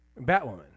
Batwoman